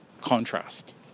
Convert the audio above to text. contrast